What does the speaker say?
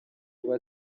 kuba